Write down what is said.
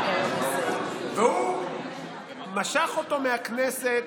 הוא משך אותו מהכנסת.